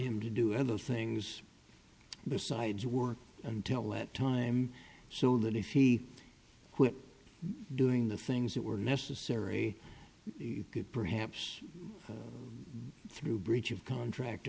him to do other things besides work until that time so that if he were doing the things that were necessary perhaps through breach of contract